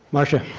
marcia.